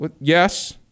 yes